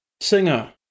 singer